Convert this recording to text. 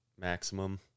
maximum